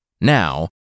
Now